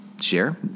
share